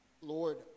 Lord